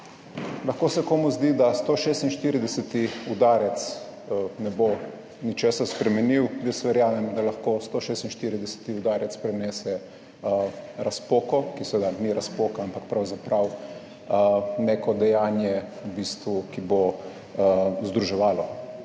Lahko se komu zdi, da 146. udarec ne bo ničesar spremenil, jaz verjamem, da lahko 146. udarec prinese razpoko, ki seveda ni razpoka ampak pravzaprav neko dejanje v bistvu, ki bo združevalo,